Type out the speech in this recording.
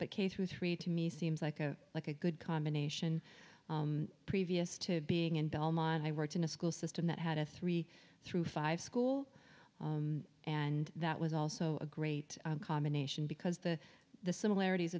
but k through three to me seems like a like a good combination previous to being in belmont i worked in a school system that had a three through five school and that was also a great combination because the the similarities